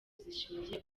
zishingiye